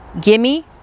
Gimme